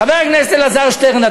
חבר הכנסת אלעזר שטרן,